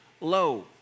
low